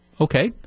okay